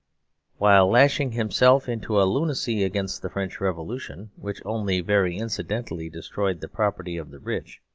while lashing himself into a lunacy against the french revolution, which only very incidentally destroyed the property of the rich,